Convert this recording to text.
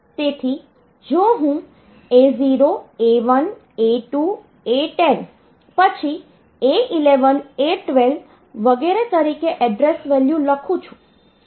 તેથી જો હું A0 A1 A2 A10 પછી A11 A12 વગેરે તરીકે એડ્રેસ વેલ્યુ લખું છું